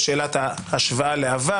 בשאלת ההשוואה לעבר,